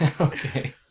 okay